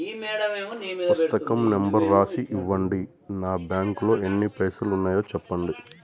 పుస్తకం నెంబరు రాసి ఇవ్వండి? నా బ్యాంకు లో ఎన్ని పైసలు ఉన్నాయో చెప్పండి?